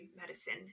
medicine